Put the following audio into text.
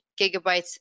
gigabytes